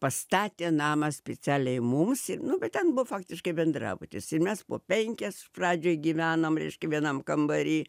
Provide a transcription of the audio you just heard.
pastatė namą specialiai mums nu bet ten buvo faktiškai bendrabutis ir mes po penkias pradžioj gyvenom reiškia vienam kambary